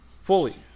fully